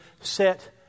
set